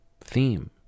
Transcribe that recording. theme